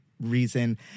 reason